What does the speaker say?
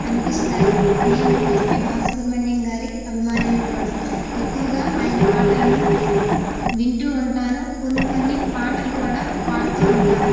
అనిపిస్తాయి నేను ఎస్పీ బాలసుబ్రహ్మణ్యం గారి అభిమానిని కూడా ఎక్కువగా ఆయన పాటలను వింటూ ఉంటాను కొన్ని కొన్ని పాటలు కూడా పాడుతూ ఉంటాను